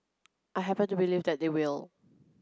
I happen to believe that they will